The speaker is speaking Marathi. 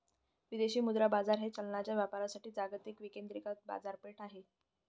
विदेशी मुद्रा बाजार हे चलनांच्या व्यापारासाठी जागतिक विकेंद्रित बाजारपेठ आहे